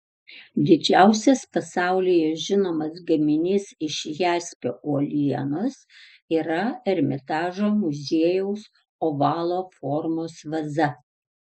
didžiausias pasaulyje žinomas gaminys iš jaspio uolienos yra ermitažo muziejaus ovalo formos vaza